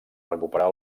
recuperar